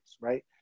right